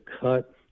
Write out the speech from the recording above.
cut